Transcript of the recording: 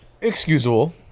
excusable